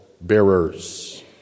bearers